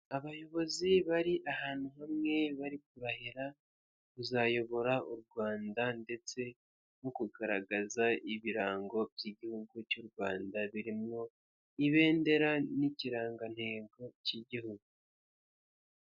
Abayobozi bari ahantu hamwe bari kurahira kuzayobora u Rwanda ndetse no kugaragaza ibirango by'igihugu cy'u Rwanda birimo ibendera n'ikirangantego cy'igihugu.